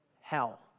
hell